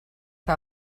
que